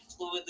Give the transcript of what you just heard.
fluidly